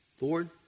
Lord